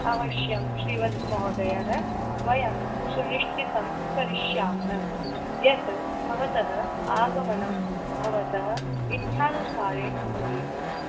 अवश्यं श्रीवत्समहोदयः वयं सुनिश्चितं करिष्यामः यत् भवतः आगमनं भवतः इच्छानुसारेण भवेत्